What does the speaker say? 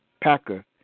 Packer